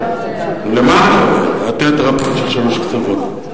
רק שלושה קצוות.